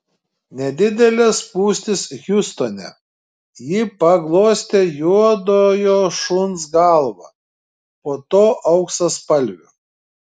nedidelės spūstys hjustone ji paglostė juodojo šuns galvą po to auksaspalvio